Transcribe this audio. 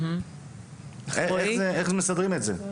איך מסדרים את זה?